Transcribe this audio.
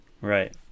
right